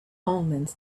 omens